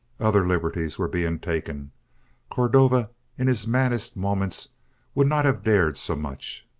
other liberties were being taken cordova in his maddest moments would not have dared so much.